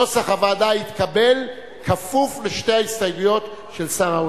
נוסח הוועדה התקבל כפוף לשתי ההסתייגויות של שר האוצר,